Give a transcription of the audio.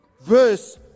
verse